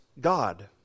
God